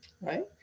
right